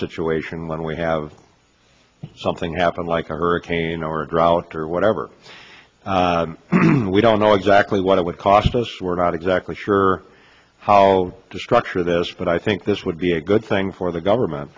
situation when we have something happen like a hurricane or a drought or whatever we don't know exactly what it would cost us we're not exactly sure how to structure this but i think this would be a good thing for the government